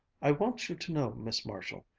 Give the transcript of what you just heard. i want you to know, miss marshall,